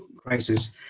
crisis.